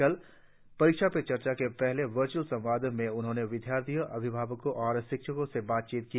कल परीक्षा पे चर्चा के पहले वर्च्अल संवाद में उन्होंने विद्यार्थियों अभिभावकों और शिक्षकों से बातचीत की